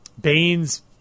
Bane's